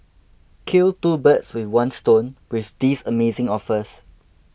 kill two birds with one stone with these amazing offers